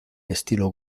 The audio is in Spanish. estilo